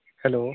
hello